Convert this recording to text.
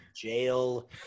jail